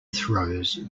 throws